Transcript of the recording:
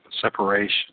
separation